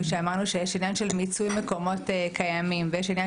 שאמרנו שיש עניין של מיצוי מקומות קיימים ויש עניין